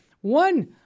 One